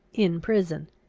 in prison.